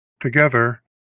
together